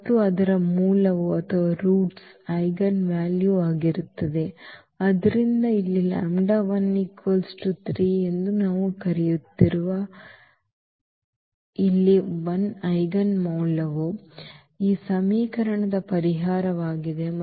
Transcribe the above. ಮತ್ತು ಅದರ ಮೂಲವು ಐಜೆನ್ವಾಲ್ಯೂ ಆಗಿರುತ್ತದೆ ಆದ್ದರಿಂದ ಇಲ್ಲಿ 3 ಎಂದು ನಾವು ಕರೆಯುತ್ತಿರುವ ಇಲ್ಲಿ 1 ಐಜೆನ್ ಮೌಲ್ಯವು ಈ ಸಮೀಕರಣದ ಪರಿಹಾರವಾಗಿದೆ